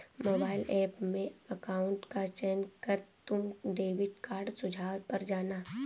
mobile app में account का चयन कर तुम डेबिट कार्ड सुझाव पर जाना